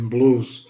Blues